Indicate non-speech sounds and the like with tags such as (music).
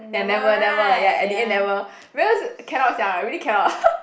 ya never never ya at the end never because cannot sia I really cannot (laughs)